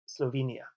Slovenia